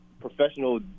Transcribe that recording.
professional –